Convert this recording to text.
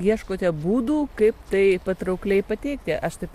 ieškote būdų kaip tai patraukliai pateikti aš taip